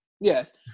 Yes